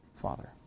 father